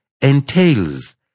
entails